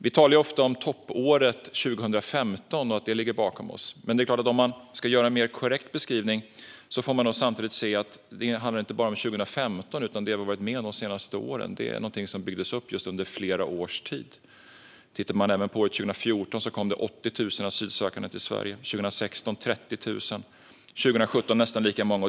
Vi talar ofta om toppåret 2015 och att det ligger bakom oss. Men om man ska göra en mer korrekt beskrivning får man nog samtidigt säga att det inte bara handlar om 2015, utan det som vi har varit med om de senaste åren är något som byggts upp under flera års tid. År 2014 kom 80 000 asylsökande till Sverige, 2016 kom 30 000 och 2017 nästan lika många.